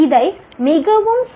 இதை மிகவும் சுவாரஸ்யமாக்கலாம்